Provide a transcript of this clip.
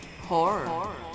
horror